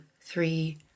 three